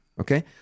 Okay